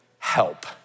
help